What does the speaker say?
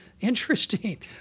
Interesting